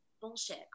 bullshit